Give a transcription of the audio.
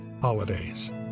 holidays